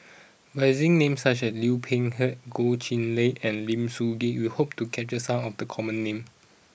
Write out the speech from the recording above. by using names such as Liu Peihe Goh Chiew Lye and Lim Soo Ngee we hope to capture some of the common names